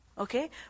Okay